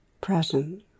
present